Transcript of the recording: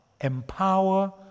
empower